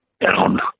down